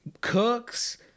Cooks